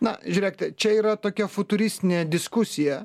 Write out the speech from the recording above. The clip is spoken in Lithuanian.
na žiūrėk čia yra tokia futuristinė diskusija